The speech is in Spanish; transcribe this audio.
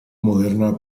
moderna